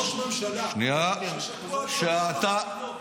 ראש ממשלה ששקוע עד ראשו בחקירות,